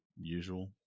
usual